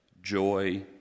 joy